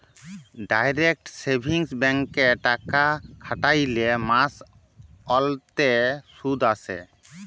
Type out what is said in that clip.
direct savings ব্যাংকে টাকা খ্যাটাইলে মাস অল্তে সুদ আসে